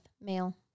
male